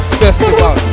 festival